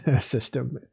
system